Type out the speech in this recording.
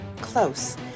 close